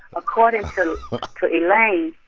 according to elaine,